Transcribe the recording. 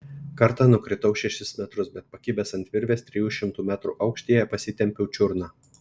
kartą nukritau šešis metrus bet pakibęs ant virvės trijų šimtų metrų aukštyje pasitempiau čiurną